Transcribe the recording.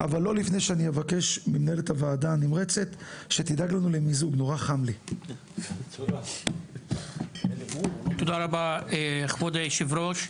תודה רבה, כבוד היושב-ראש.